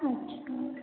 अच्छा